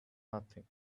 nothing